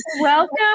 Welcome